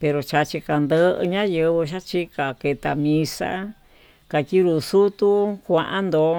pero xhachi kando nayenguo xachí kayeta misa kacheró xuu tuu kuan ndo'ó.